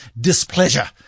displeasure